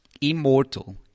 immortal